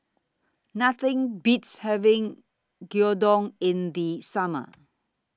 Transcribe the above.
Nothing Beats having Gyudon in The Summer